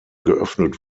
geöffnet